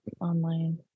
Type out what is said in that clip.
online